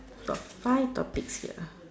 so five topics here